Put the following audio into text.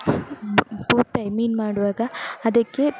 ಬ್ ಬೂತಾಯಿ ಮೀನು ಮಾಡುವಾಗ ಅದಕ್ಕೆ